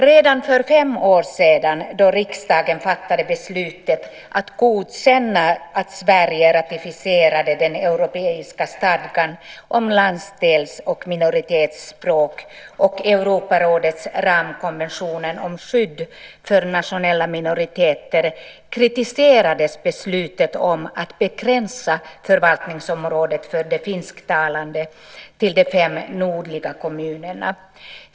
Redan för fem år sedan, då riksdagen fattade beslutet att godkänna att Sverige ratificerade den europeiska stadgan om landsdels och minoritetsspråk och Europarådets ramkonvention om skydd för nationella minoriteter, kritiserades beslutet om att begränsa förvaltningsområdet för de finsktalande till de fem nordliga kommunerna.